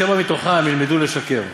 שמא מתוכן ילמדו לשקר.